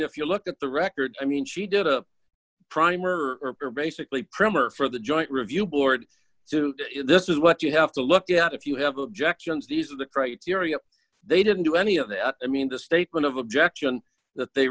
if you look at the records i mean she did a primer for basically primmer for the joint review board to this is what you have to look at if you have objections these are the criteria they didn't do any of them i mean the statement of action that they